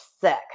sick